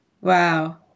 Wow